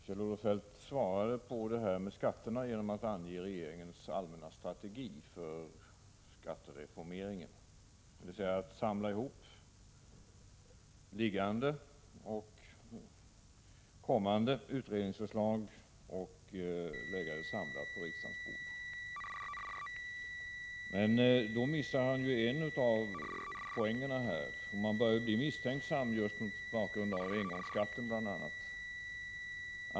Fru talman! Kjell-Olof Feldt svarade på frågorna om skatterna genom att ange regeringens allmänna strategi för skattereformering, dvs. att man ämnar samla ihop liggande och kommande utredningsförslag och lägga dem på riksdagens bord. Men han missade en av poängerna. Man börjar bli misstänksam, just mot bakgrund av engångsskatten och annat.